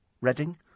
Reading